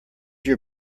your